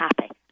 happy